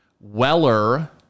Weller